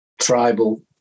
tribal